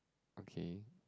okay